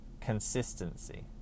consistency